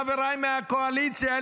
חבריי מהקואליציה,